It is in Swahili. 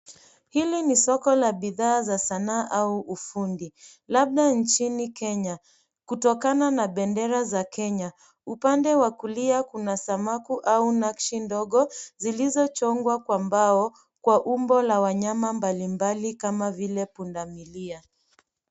Hili ni soko la bidhaa za sanaa au ufundi. Labda nchini Kenya kutokana na bendera za Kenya. Upande wa kulia kuna samafu au nakshi ndogo zilizochongwa kwa mbao kwa umbo la wanyama mbalimbali kana vile pundamilia.